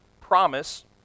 promise